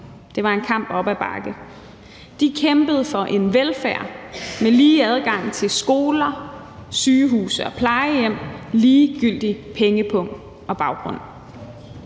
Det var en kamp op ad bakke. De kæmpede for en velfærd med lige adgang til skoler og sygehuse og plejehjem, ligegyldigt hvilken pengepung og baggrund